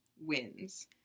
wins